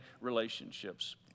relationships